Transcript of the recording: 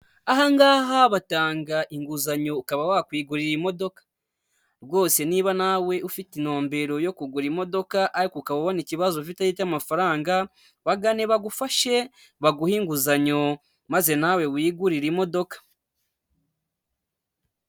Ahangaha batanga inguzanyo ukaba wakwigurira imodoka, rwose niba nawe ufite intumbero yo kugura imodoka, ariko ukaba ubona ikibazo ufite ari icy'amafaranga, bagane bagufashe, baguhe inguzanyo maze nawe wigurire imodoka.